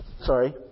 Sorry